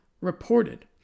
reported